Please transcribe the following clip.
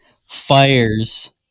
fires